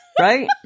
Right